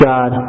God